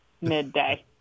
midday